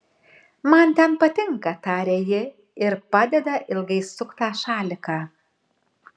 man ten patinka taria ji ir padeda ilgai suktą šaliką